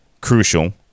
crucial